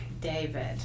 David